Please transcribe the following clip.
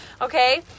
Okay